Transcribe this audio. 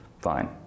fine